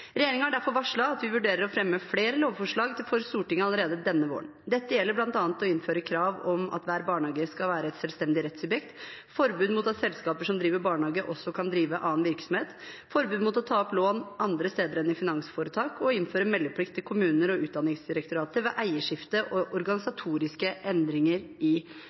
har derfor varslet at den vurderer å fremme flere lovforslag for Stortinget allerede denne våren. Disse dreier seg bl.a. om å innføre krav om at hver barnehage skal være et selvstendig rettssubjekt, forbud mot at selskaper som driver barnehage, også kan drive annen virksomhet, forbud mot å ta opp lån andre steder enn i finansforetak og å innføre meldeplikt til kommunen og Utdanningsdirektoratet ved eierskifte og organisatoriske endringer i